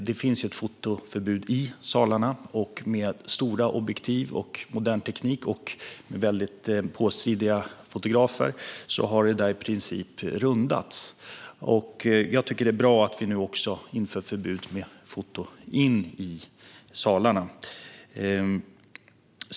Det finns ett fotoförbud i salarna, men med stora objektiv, modern teknik och väldigt påstridiga fotografer har förbudet i princip rundats. Jag tycker att det är bra att vi nu även inför förbud mot fotografering in i salarna.